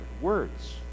Words